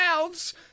mouths